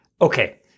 Okay